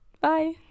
bye